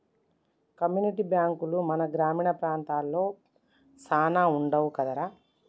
community బాంకులు మన గ్రామీణ ప్రాంతాలలో సాన వుండవు కదరా